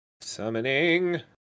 Summoning